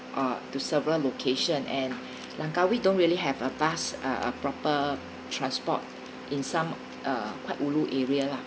uh to several location and langkawi don't really have a bus a a proper transport in some uh quite ulu area lah